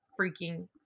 freaking